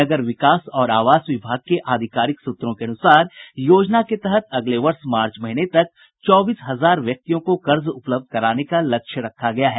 नगर विकास और आवास विभाग के आधिकारिक सूत्रों के अनुसार योजना के तहत अगले वर्ष मार्च महीने तक चौबीस हजार व्यक्तियों को कर्ज उपलब्ध कराने का लक्ष्य रखा गया है